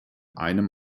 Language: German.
einem